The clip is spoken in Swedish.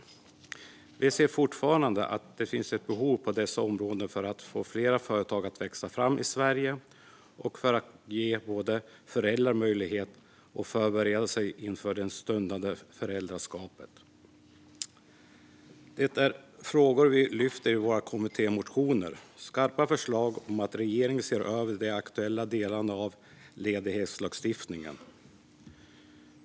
Vi ser fortfarande att det finns behov på dessa områden när det gäller att få fler företag att växa fram i Sverige och att ge båda föräldrarna möjlighet att förbereda sig inför det stundande föräldraskapet. Detta är frågor vi lyfter i våra kommittémotioner. Det är skarpa förslag om att regeringen ska se över de aktuella delarna av ledighetslagstiftningen.